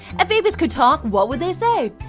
if babies could talk, what would they say?